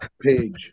Page